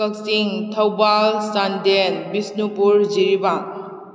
Kakching Thoubal Chandel Bishnupur Jiribam